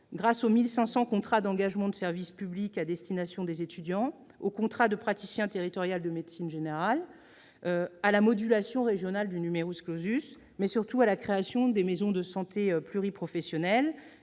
grâce aux 1 500 contrats d'engagement de service public à destination des étudiants, au contrat de praticien territorial de médecine générale, à la modulation régionale du, mais surtout grâce à la création des maisons de santé pluriprofessionnelles.